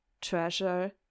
treasure